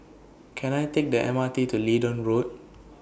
Can I Take The M R T to Leedon Road